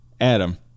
Adam